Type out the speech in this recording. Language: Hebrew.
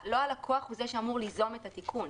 הלקוח הוא זה שאמור ליזום את התיקון.